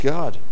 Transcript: God